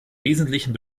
wesentlichen